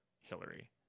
Hillary